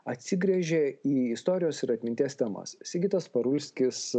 atsigręžė į istorijos ir atminties temas sigitas parulskis